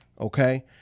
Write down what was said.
okay